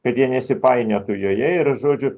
kad jie nesipainiotų joje ir žodžiu